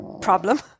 problem